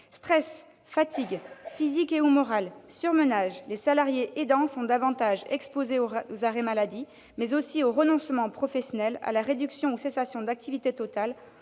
Stress, fatigue physique et/ou morale, surmenage : les salariés aidants sont davantage exposés que les autres aux arrêts maladie, mais aussi aux renoncements professionnels, à la réduction ou à la cessation totale